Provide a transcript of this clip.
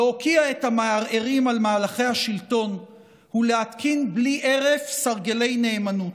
להוקיע את המערערים על מהלכי השלטון ולהתקין בלי הרף סרגלי נאמנות.